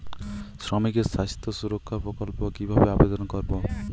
শ্রমিকের স্বাস্থ্য সুরক্ষা প্রকল্প কিভাবে আবেদন করবো?